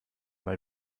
mal